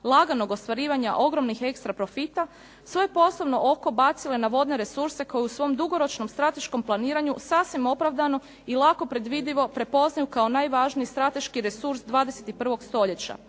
laganog ostvarivanja ogromnih extra profita svoje poslovne oko bacile na vodne resurse koje u svom dugoročnom strateškom planiranju sasvim opravdano i lako predvidljivo prepoznaju kao najvažniji strateški resurs 21. stoljeća.